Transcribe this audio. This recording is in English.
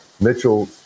Mitchell